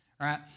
right